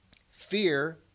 Fear